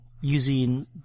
using